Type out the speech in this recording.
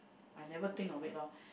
I never think of it lor